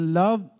love